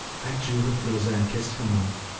i drew her closer and kissed her mouth,